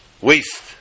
waste